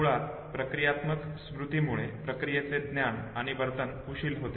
मुळात प्रक्रियात्मक स्मृतीमुळे प्रक्रियेचे ज्ञान आणि वर्तन कुशल होते